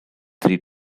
three